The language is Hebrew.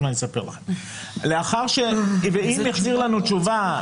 אם יחזיר לנו תשובה,